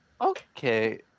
Okay